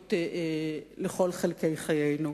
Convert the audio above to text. ומגיעות לכל חלקי חיינו.